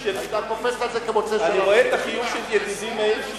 של ידידי מאיר שטרית,